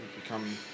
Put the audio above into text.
become